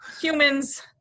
humans